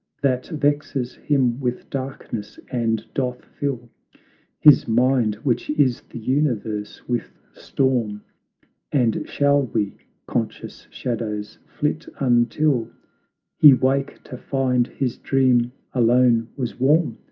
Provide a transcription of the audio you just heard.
that vexes him with darkness, and doth fill his mind, which is the universe, with storm and shall we, conscious shadows, flit until he wake to find his dream alone was warm?